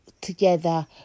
together